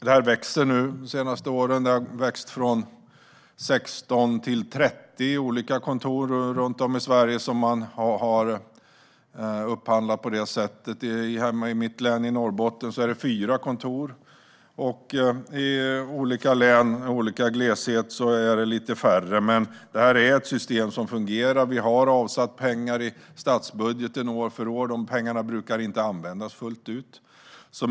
Det har de senaste åren ökat från 16 till 30 olika kontor runt om i Sverige som man har upphandlat på det sättet. I mitt hemlän Norrbotten är det fyra kontor. I län med mindre gleshet är det lite färre. Men detta är alltså ett system som fungerar. Det finns pengar avsatta för detta i statsbudgeten år för år. De pengarna brukar inte användas fullt ut.